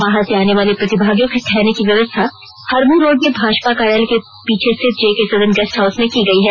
बाहर से आने वाले प्रतिभागियों के ठहरने की व्यवस्था हरमू रोड में भाजपा कार्यालय के पीछे स्थित जेके सदन गेस्ट हाउस में की गई है